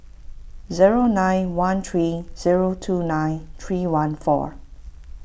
zero nine one three zero two nine three one four